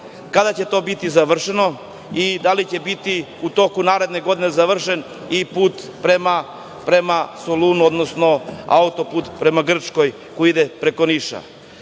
Kada će to biti završeno? Da li će biti u toku naredne godine završen i put prema Solunu, odnosno autoput prema Grčkoj koji ide preko Niša? Još